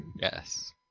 Yes